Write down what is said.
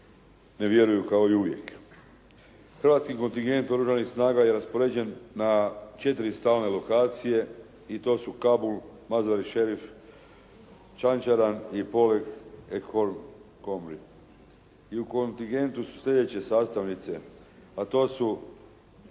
Hrvatski kontingent oružanih snaga je raspoređen na četiri stalne lokacije i to su Kabul, …/Govornik se ne razumije./…, Čančaran i …/Govornik se ne razumije./… i u kontingentu su slijedeće sastavnice a to su